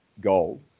Goal